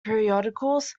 periodicals